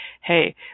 hey